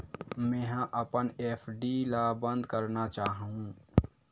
मेंहा अपन एफ.डी ला बंद करना चाहहु